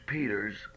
Peters